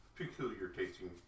peculiar-tasting